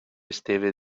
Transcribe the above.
esteve